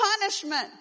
punishment